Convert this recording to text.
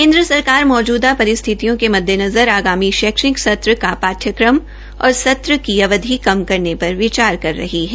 केन्द्र सरकार मौज़दा परिस्थितियों के मददेनज़र आगामी शैक्षणिक सत्र का पाठ्यक्रम और संत्र की अवधि कम करने पर विचार कर रही है